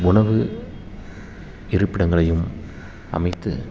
உணவு இருப்பிடங்களையும் அமைத்து